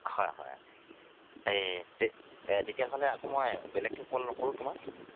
হয় হয় এই তে তেতিয়াহ'লে আকৌ মই বেলেগকৈ কল নকৰোঁ তোমাক